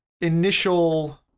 initial